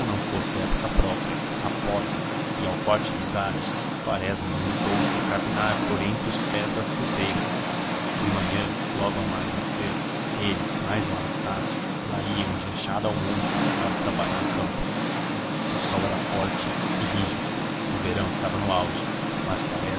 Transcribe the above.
fosse época própria à poda e ao corte dos galhos quaresma limitou-se a capinar por entre os pés das fruteiras de manhã logo ao amanhecer ele mais